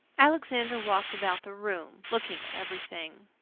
alexander walked about the room, looking at everything.